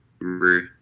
remember